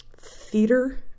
theater